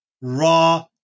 raw